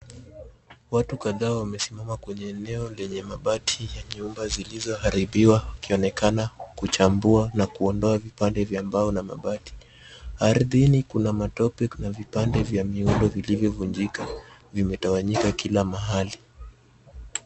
Watu kadhaa wamesimama kwenye eneo lenye mabati za nyumba zilizoharibiwa wakionekana kuchambua na kuondoa vipande vya mbao na mabati. Ardhini kuna matope na vipande vidogo vya miundo vilivyovunjika vimetawanyika kila mahali.